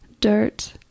dirt